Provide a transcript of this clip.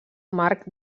marc